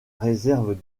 réserve